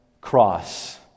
cross